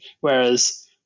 Whereas